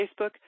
Facebook